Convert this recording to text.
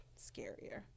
scarier